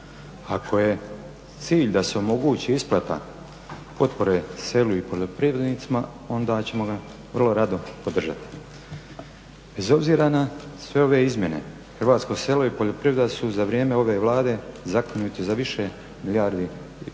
Ako je cilj da se omogući isplata potpore selu i poljoprivrednicima onda ćemo ga vrlo rado podržati. Bez obzira na sve ove izmjene hrvatsko selo i poljoprivreda su za vrijeme ove Vlade zakinute za više milijardi kuna,